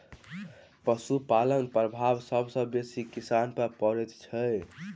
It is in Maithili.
पशुपालनक प्रभाव सभ सॅ बेसी किसान पर पड़ैत छै